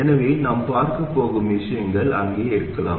எனவே நாம் பார்க்கப்போகும் விஷயங்கள் அங்கே இருக்கலாம்